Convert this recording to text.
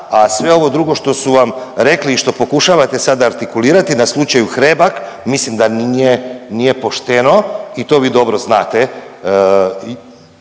a sve ovo drugo što su vam rekli i što pokušavate sada artikulirati na slučaju Hrebak mislim da nije, nije pošteno i to vi dobro znate,